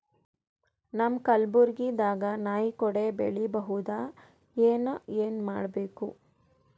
ನಮ್ಮ ಕಲಬುರ್ಗಿ ದಾಗ ನಾಯಿ ಕೊಡೆ ಬೆಳಿ ಬಹುದಾ, ಏನ ಏನ್ ಮಾಡಬೇಕು?